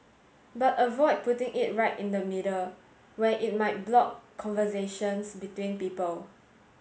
but avoid putting it right in the middle where it might block conversations between people